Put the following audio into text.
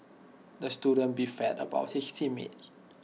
the student beefed about his team mates